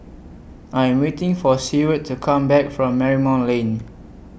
I Am waiting For Seward to Come Back from Marymount Lane